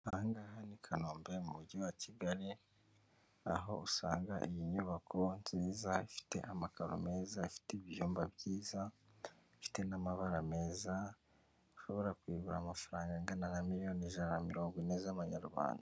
Aha ngaha ni i Kanombe mu mujyi wa Kigali, aho usanga iyi nyubako nziza ifite amakaro meza, afite ibiyumba byiza ifite n'amabara meza, ushobora kuyigura amafaranga angana na miliyoni ijana na mirongo ine z'Amanyarwanda.